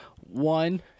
One